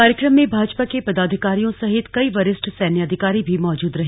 कार्यक्रम में भाजपा के पदाधिकारियों सहित कई वरिष्ठ सैन्य अधिकारी भी मौजूद रहे